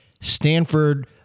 Stanford